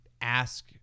ask